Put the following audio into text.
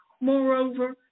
Moreover